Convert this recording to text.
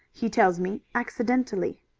he tells me, accidentally.